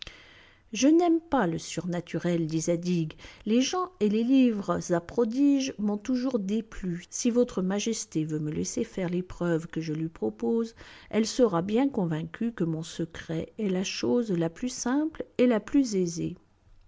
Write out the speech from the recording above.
je n'aime pas le surnaturel dit zadig les gens et les livres à prodiges m'ont toujours déplu si votre majesté veut me laisser faire l'épreuve que je lui propose elle sera bien convaincue que mon secret est la chose la plus simple et la plus aisée